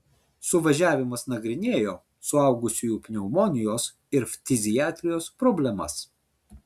suvažiavimas nagrinėjo suaugusiųjų pneumonijos ir ftiziatrijos problemas